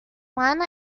one